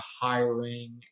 hiring